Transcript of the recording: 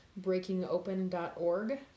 breakingopen.org